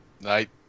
Night